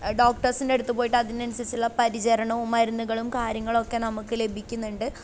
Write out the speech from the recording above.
ഡോക്ടർസിൻ്റെ അടുത്തു പോയിട്ട് അതിനനുസരിച്ചുള്ള പരിചരണവും മരുന്നുകളും കാര്യങ്ങളൊക്കെ നമുക്കു ലഭിക്കുന്നുണ്ട്